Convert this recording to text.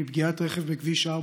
מפגיעת רכב בכביש 4,